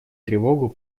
тревогу